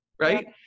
right